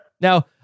Now